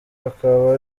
akaba